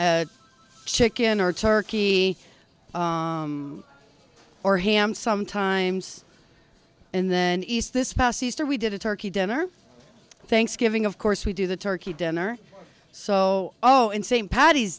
chicken or turkey or him sometimes and then east this past easter we did a turkey dinner thanksgiving of course we do the turkey dinner so oh in st pa